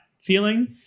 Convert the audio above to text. feeling